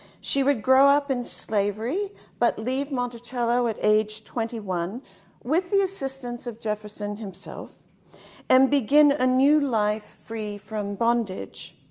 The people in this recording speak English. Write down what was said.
she would grow up in slavery but leave monticello at age twenty one with the assistance of jefferson himself and begin a new life free from bondage.